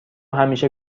همیشه